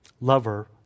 lover